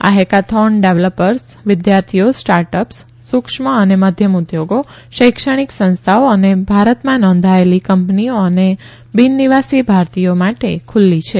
આ hackathon developers વિદ્યાર્થીઓ startups સુક્ષ્મ અને મધ્યમ ઉદ્યોગો શૈક્ષણિક સંસ્થાઓ અને ભારતમાં નોંધાયેલી કંપનીઓ અને બિન નિવાસી ભારતીયો માટે ખુલ્લી છે